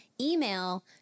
email